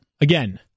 Again